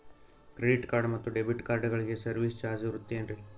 Credit card ಮತ್ತು debit ಕಾರ್ಡಗಳಿಗೆ service charge ಇರುತೇನ್ರಿ?